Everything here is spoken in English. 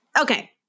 Okay